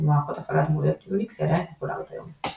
ובמערכות הפעלה דמויות יוניקס היא עדיין פופולרית היום.